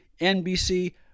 NBC